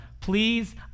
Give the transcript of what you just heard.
Please